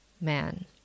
man